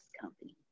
company